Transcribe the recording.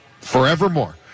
forevermore